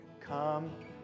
Come